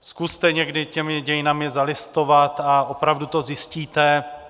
Zkuste někdy těmi dějinami zalistovat a opravdu to zjistíte.